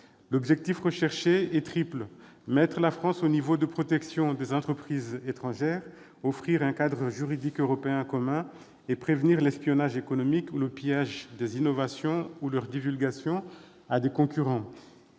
L'objectif est triple : mettre la France au niveau de protection des entreprises étrangères, offrir un cadre juridique européen commun et prévenir l'espionnage économique ou le « pillage » ou la divulgation des innovations à des concurrents.